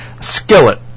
Skillet